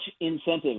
incentive